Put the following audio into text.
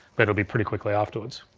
but it'll be pretty quickly afterwards.